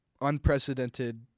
unprecedented